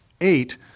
Eight